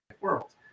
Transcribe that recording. world